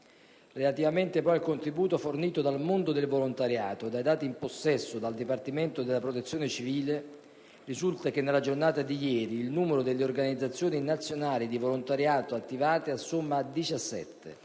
Relativamente, poi, al contributo fornito dal mondo del volontariato, dai dati in possesso del Dipartimento della protezione civile, risulta che nella giornata di ieri il numero delle organizzazioni nazionali di volontariato di protezione